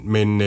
Men